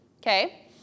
Okay